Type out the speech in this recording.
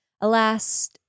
Alas